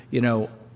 you know,